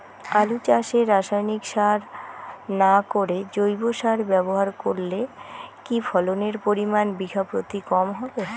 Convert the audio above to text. আলু চাষে রাসায়নিক সার না করে জৈব সার ব্যবহার করলে কি ফলনের পরিমান বিঘা প্রতি কম হবে?